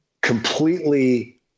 completely